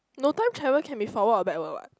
no time travel can be forward or backward what